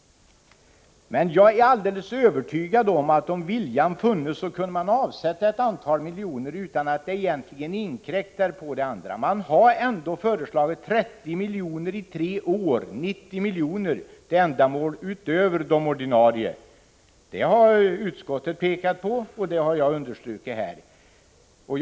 Men jag är alldeles övertygad om att om viljan funnes kunde man avsätta ett antal miljoner utan att det egentligen inkräktar på det andra. Det har ändå föreslagits 30 miljoner i tre år, alltså 90 miljoner, till ändamål utöver de ordinarie. Det har utskottet pekat på, och det har jag strukit under här.